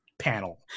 panel